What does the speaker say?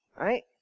Right